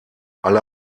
alle